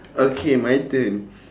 okay my turn